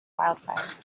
wildfire